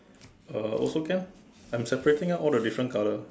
uh also can I'm separating out all the different colour